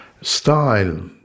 style